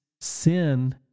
sin